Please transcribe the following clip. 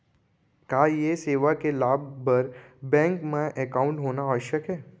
का ये सेवा के लाभ बर बैंक मा एकाउंट होना आवश्यक हे